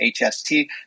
HST